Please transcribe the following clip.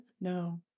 No